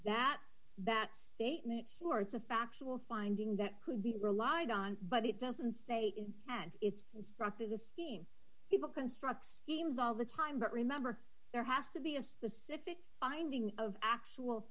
that that statement sure it's a factual finding that could be relied on but it doesn't say and it's instructive the scene people construct steams all the time but remember there has to be a specific finding of actual